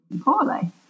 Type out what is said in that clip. poorly